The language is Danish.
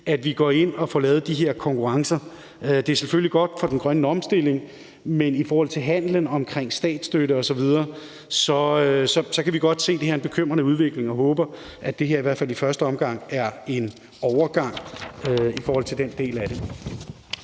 at vi går ind og får lavet de her konkurrencer i. Det er selvfølgelig godt for den grønne omstilling, men i forhold til handelen, statsstøtte osv. kan vi godt se, at det her er en bekymrende udvikling, og håber, at det her i hvert fald i første omgang er en overgang. Så er der den